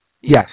Yes